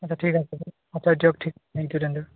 thank you তেন্তে